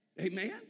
Amen